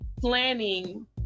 planning